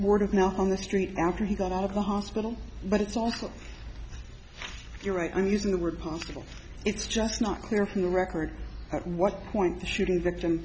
morgan out on the street after he got out of the hospital but it's also you're right i'm using the word possible it's just not clear from the record at what point the shooting